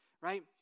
right